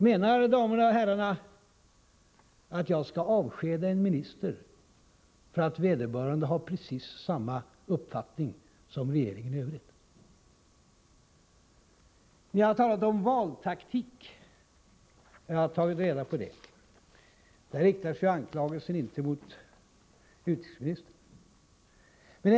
Menar damerna och herrarna att jag skall avskeda en minister för att vederbörande har precis samma uppfattning som regeringen i övrigt? Ni har talat om valtaktik. Jag har tagit reda på hur det förhåller sig. Här riktar sig anklagelsen inte mot utrikesministern.